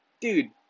Dude